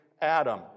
Adam